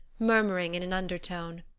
murmuring in an undertone,